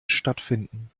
stattfinden